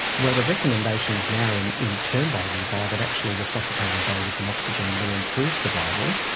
well, the recommendations now in in term babies are that actually resuscitating babies in oxygen will improve survival,